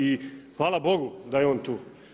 I hvala Bogu da je on tu.